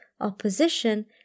opposition